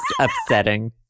upsetting